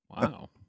Wow